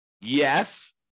Yes